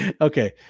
Okay